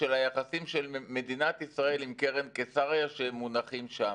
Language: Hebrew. והיחסים של מדינת ישראל עם קרן קיסריה מונחים שם.